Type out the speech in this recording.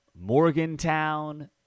Morgantown